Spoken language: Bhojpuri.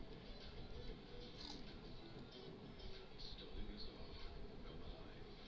जनसंख्या अधिक होले से खाद्यान में कमी आवत हौ इ तकनीकी से उ कमी के पूरा करल जाला